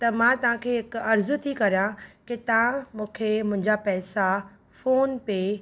त मां तव्हां खे हिकु अर्ज़ु थी करियां की तां मूंखे मुंहिंजा पैसा फोन पे